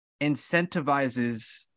Incentivizes